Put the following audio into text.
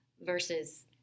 versus